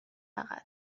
فقط